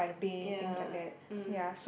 ya mm